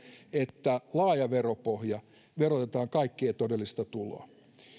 että laaja veropohja eli verotetaan kaikkien todellista tuloa